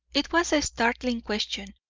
it was a startling question,